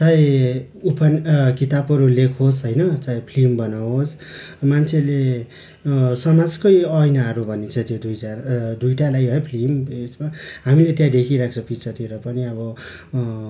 चाहे उपन किताबहरू लेखोस् होइन चाहे फ्लिम बनाओस् मान्छेले समाजकै ऐनाहरू भनिन्छ त्यो दुईजा दुईवटालाई है फ्लिम यसमा हामीले त्यहाँ देखिराख्छ पिक्चरतिर पनि अब